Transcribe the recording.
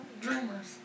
Dreamers